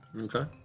Okay